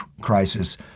crisis